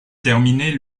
terminer